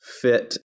fit